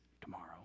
tomorrow